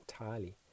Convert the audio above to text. entirely